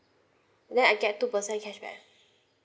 and then I get two percent cashback